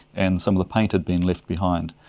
and some of the paint had been left behind.